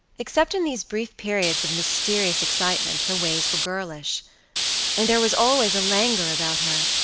except in these brief periods of mysterious excitement her ways were girlish and there was always a languor about her,